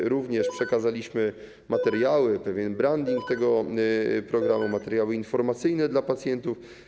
Im również przekazaliśmy materiały, pewien branding tego programu, materiały informacyjne dla pacjentów.